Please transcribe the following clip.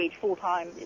full-time